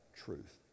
truth